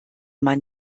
man